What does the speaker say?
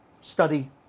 study